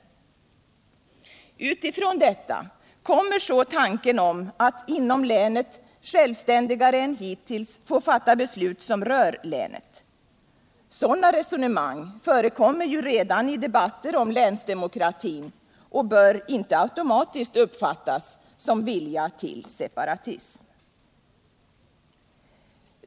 Utifrån detta kommer så tanken att man inom länet självständigare än hittills skall få fatta beslut som rör länet. Sådana resonemang förekommer redan i debatter om länsdemokratin och bör inte automatiskt uppfattas som vilja till separatism.